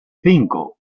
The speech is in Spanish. cinco